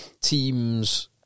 teams